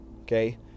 okay